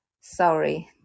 Sorry